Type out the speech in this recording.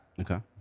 okay